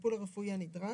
הטיפול הרפואי הנדרש.